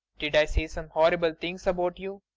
did i say some horrible things about you?